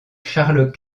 charles